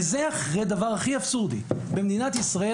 וזה אחרי דבר הכי אבסורדי: במדינת ישראל